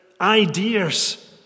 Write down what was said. ideas